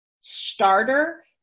starter